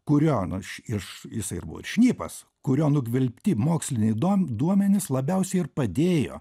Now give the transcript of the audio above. kūrio nu aš iš jisai ir buvo šnipas kurio nugvelbti moksliniai dom duomenys labiausiai ir padėjo